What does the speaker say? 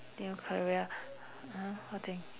new career uh what thing